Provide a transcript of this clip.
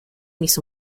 miss